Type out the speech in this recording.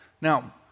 Now